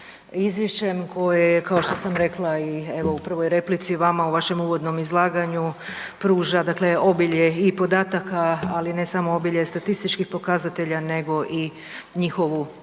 izvješćem koje je kao što sam rekla i u prvoj replici vama u vašem uvodnom izlaganju pruža dakle obilje i podataka, ali ne samo obilje statističkih pokazatelja nego i njihovu kvalitetnu